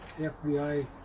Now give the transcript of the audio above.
FBI